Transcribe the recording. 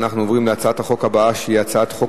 אנחנו עוברים להצעת החוק הבאה שהיא הצעת חוק